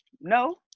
No